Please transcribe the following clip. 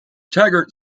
taggart